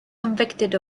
convicted